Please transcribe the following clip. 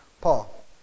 Paul